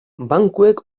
bankuek